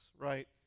right